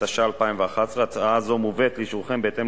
התשע"א 2011. הצעה זו מובאת לאישורכם בהתאם